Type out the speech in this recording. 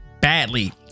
badly